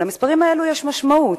למספרים האלה יש משמעות,